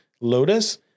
lotus